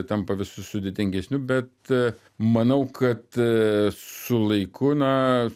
tampa vis sudėtingesniu bet manau kad su laiku na